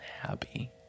happy